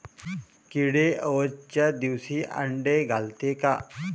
किडे अवसच्या दिवशी आंडे घालते का?